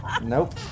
Nope